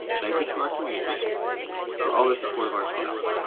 thank you to our community for all their support of our class.